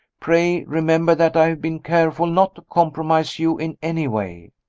pray remember that i have been careful not to compromise you in any way.